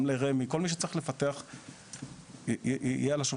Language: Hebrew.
גם לרמ"י וכל מי שצריך לפתח יהיה על השולחן.